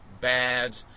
bad